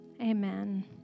amen